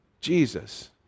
Jesus